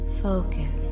focus